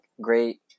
great